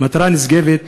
מטרה נשגבת,